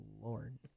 Lord